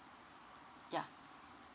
yeah